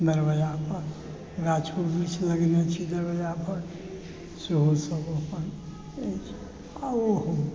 दरबजापर गाछो वृक्ष लगेने छी दरबजापर सेहो सब अपन अछि आओर ओहो